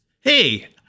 Hey